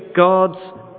God's